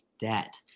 debt